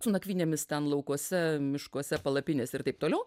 su nakvynėmis ten laukuose miškuose palapinėse ir taip toliau